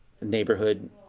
neighborhood